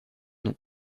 non